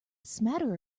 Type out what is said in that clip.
smatter